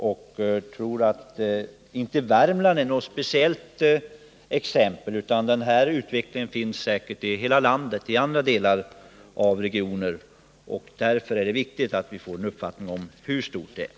Jag tror inte att Värmland är något speciellt anmärkningsvärt område i detta sammanhang — det finns också inom andra regioner och landsdelar en motsvarande utveckling. Det är angeläget att vi får en uppfattning om omfattningen av det byggande det gäller.